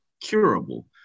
curable